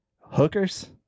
hookers